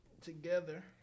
together